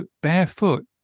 barefoot